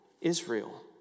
Israel